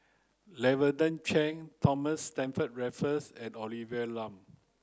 Lavender Chang Thomas Stamford Raffles and Olivia Lum